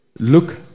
look